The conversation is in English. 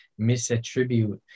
misattribute